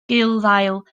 gulddail